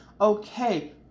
Okay